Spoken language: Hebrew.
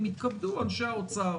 יתכבדו אנשי האוצר